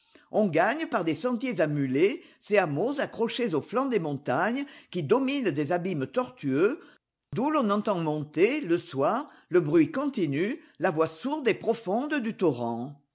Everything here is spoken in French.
on gagne par des sentiers cà mulets ces hameaux accrochés au flanc des montagnes qui dominent des abîmes tortueux d'où l'on entend monter le soir le bruit continu la voix sourde et profonde du torrent